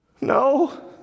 No